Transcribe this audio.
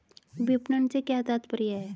विपणन से क्या तात्पर्य है?